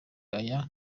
aya